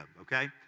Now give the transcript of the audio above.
okay